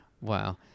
Wow